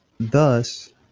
Thus